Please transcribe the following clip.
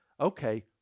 okay